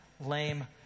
lame